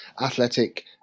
athletic